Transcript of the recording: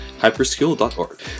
hyperskill.org